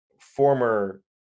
former